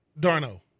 Darno